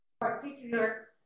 particular